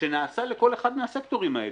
שנעשה לכל אחד מהסקטורים האלה.